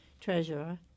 treasurer